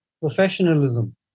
professionalism